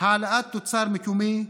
העלאת התוצר המקומי,